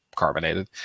Carbonated